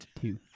Two